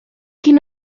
quin